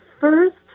first